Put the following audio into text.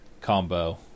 combo